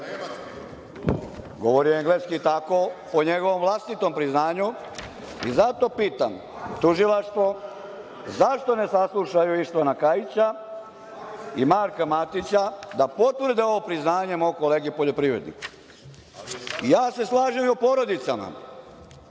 Govorio je engleski tako po njegovom vlastitom priznanju i zato pitam tužilaštvo – zašto ne sasluša Ištvana Kaića i Marka Matića da potvrde ovo priznanje mog kolege poljoprivrednika? Ja se slažem i o porodicama,